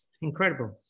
Incredible